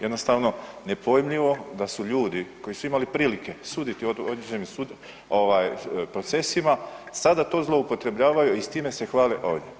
Jednostavno nepojmljivo da su ljudi koji su imali prilike suditi u određenim procesima sada to zloupotrebljavaju i s time se hvale ovdje.